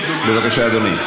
בבקשה, אדוני.